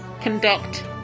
conduct